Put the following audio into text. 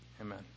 Amen